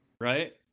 right